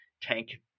tank